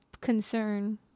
Concern